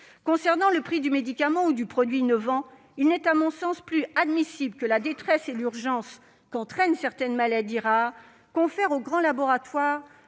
concerne le prix du médicament ou du produit innovant, il n'est plus admissible que la détresse et l'urgence qu'entraînent certaines maladies rares confèrent aux grands laboratoires